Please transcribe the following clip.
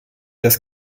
das